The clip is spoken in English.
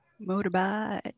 Motorbike